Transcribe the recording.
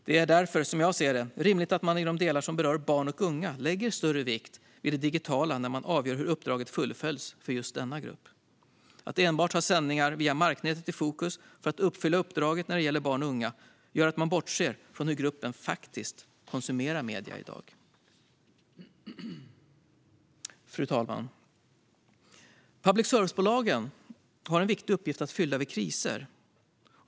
Det är därför som jag ser det som rimligt att man i de delar som berör barn och unga lägger större vikt vid det digitala när man avgör hur uppdraget ska fullföljas för just denna grupp. Att enbart ha sändningar via marknätet i fokus för att fullfölja uppdraget när det gäller barn och unga gör att man bortser från hur gruppen faktiskt konsumerar medier i dag. Fru talman! Public service-bolagen har en viktig uppgift att fylla vid kriser.